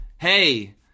hey